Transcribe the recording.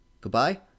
goodbye